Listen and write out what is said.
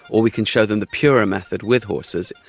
or we can show them the purer method with horses.